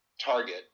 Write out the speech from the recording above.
target